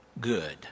good